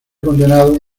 condenado